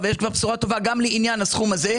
אבל יש כבר בשורה טובה גם לעניין הסכום הזה.